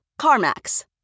CarMax